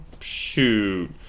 Shoot